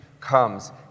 comes